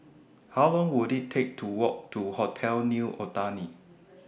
How Long Would IT Take to Walk to Hotel New Otani